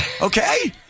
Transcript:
Okay